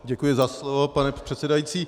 Děkuji za slovo, pane předsedající.